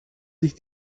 sich